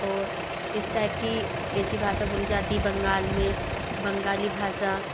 और इस टाइप की ऐसी भाषा बोली जाती है बंगाल में बंगाली भाषा